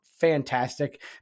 fantastic